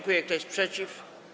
Kto jest przeciw?